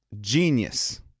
Genius